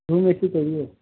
room AC सी चाहिए